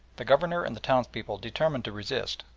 the governor and the townspeople determined to resist,